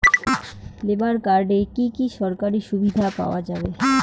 Labour কার্ডে কি কি সরকারি সুবিধা পাওয়া যাবে?